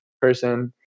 person